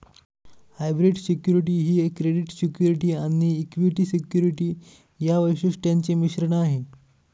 hybrid security ही credit security आणि equity security या वैशिष्ट्यांचे मिश्रण आहे